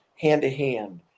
hand-to-hand